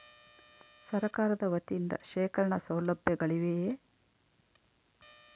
ಸರಕಾರದ ವತಿಯಿಂದ ಶೇಖರಣ ಸೌಲಭ್ಯಗಳಿವೆಯೇ?